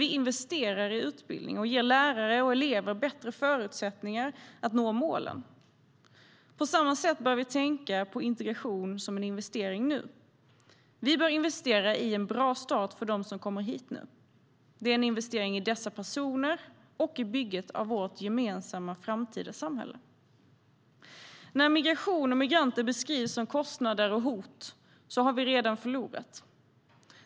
Då investerar vi i utbildning och ger lärare och elever bättre förutsättningar att nå målen. På samma sätt bör vi tänka på integration som en investering nu. Vi bör investera i en bra start för dem som kommer hit. Det är en investering i dessa personer och i bygget av vårt gemensamma framtida samhälle. När migration och migranter beskrivs som kostnader och hot har vi redan förlorat.